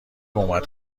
اومد